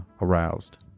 aroused